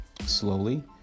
Slowly